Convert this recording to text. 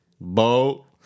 Bo